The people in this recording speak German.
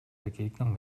begegnung